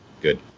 Good